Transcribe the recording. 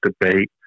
debate